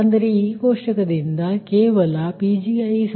ಅಂದರೆ ಈ ಕೋಷ್ಟಕದಿಂದ ಕೇವಲ Pg1161